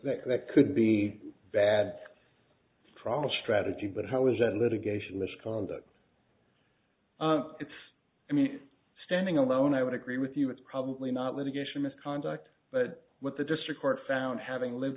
requested that could be bad from a strategy but how was that litigation misconduct it's i mean standing alone i would agree with you it's probably not litigation misconduct but what the district court found having lived